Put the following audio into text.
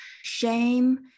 shame